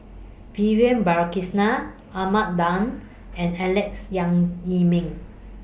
Vivian Balakrishnan Ahmad Daud and Alex Yam Ziming